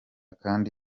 kandi